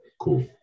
Cool